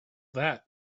that